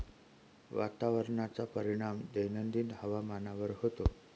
वातावरणाचा परिणाम दैनंदिन हवामानावर होतो